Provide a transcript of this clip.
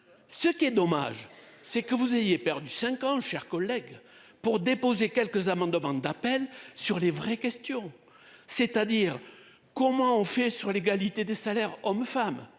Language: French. Ce qui est dommage c'est que vous ayez perdu 50 chers collègues pour déposer quelques amendements d'appel sur les vraies questions. C'est-à-dire. Comment on fait sur l'égalité des salaires homme/femme